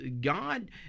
God